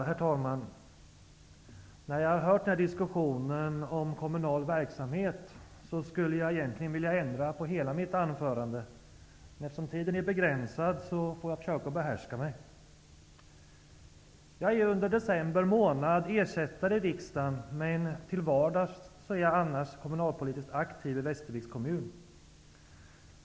Herr talman! Efter att ha hört den här diskussionen om kommunal verksamhet skulle jag egentligen vilja ändra på hela mitt anförande, men eftersom tiden är begränsad får jag försöka att behärska mig. Jag är under december månad ersättare i riksdagen, men jag är annars kommunalpolitiskt aktiv i Västerviks kommun.